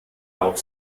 auch